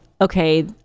Okay